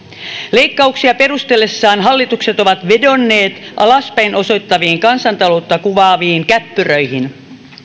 leikkauksia perustellessaan hallitukset ovat vedonneet alaspäin osoittaviin kansantaloutta kuvaaviin käppyröihin